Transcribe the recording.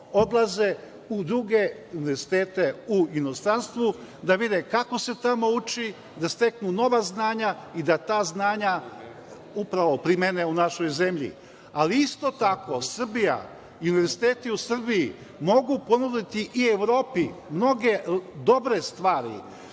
odlaze u druge univerzitete u inostranstvu da vide kako se tamo uči, da steknu nova znanja i da ta znanja upravo primene u našoj zemlji. Ali, isto tako Srbija i univerziteti u Srbiji mogu ponuditi i Evropi mnoge dobre stvari,